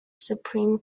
supreme